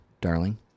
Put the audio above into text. darling